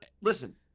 listen—